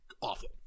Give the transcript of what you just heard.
awful